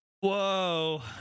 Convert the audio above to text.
Whoa